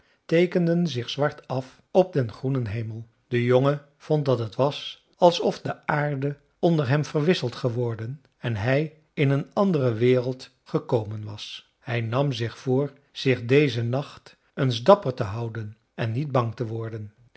teekenden zich zwart af op den groenen hemel de jongen vond dat het was alsof de aarde onder hem verwisseld geworden en hij in een andere wereld gekomen was hij nam zich voor zich dezen nacht eens dapper te houden en niet bang te worden